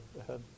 ahead